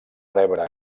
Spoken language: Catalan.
rebre